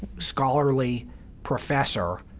scholarly professor,